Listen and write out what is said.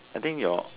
I think your